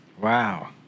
Wow